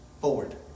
forward